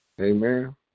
Amen